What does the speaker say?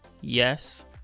Yes